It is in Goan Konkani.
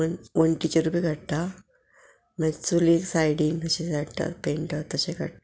वण्टीचेर बी काडटा मागीर चुली सायडीन अशें धाडटा पेंट तशें काडटा